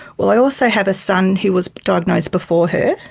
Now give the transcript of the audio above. well, i also have a son who was diagnosed before her,